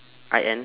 I N